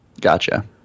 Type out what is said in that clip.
Gotcha